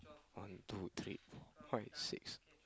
one two three five six